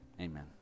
amen